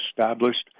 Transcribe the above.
established